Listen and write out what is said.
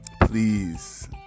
Please